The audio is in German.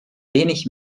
wenig